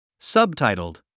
Subtitled